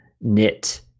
knit